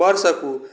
बढ़ सकू